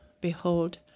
behold